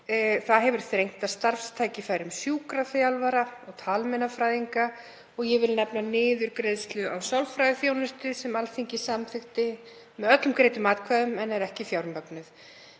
Það hefur þrengt að starfstækifærum sjúkraþjálfara og talmeinafræðinga. Ég vil líka nefna niðurgreiðslu á sálfræðiþjónustu sem Alþingi samþykkti með öllum greiddum atkvæðum en er ekki fjármögnuð.